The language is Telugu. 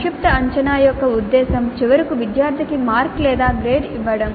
సంక్షిప్త అంచనా యొక్క ఉద్దేశ్యం చివరకు విద్యార్థికి మార్క్ లేదా గ్రేడ్ ఇవ్వడం